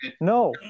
no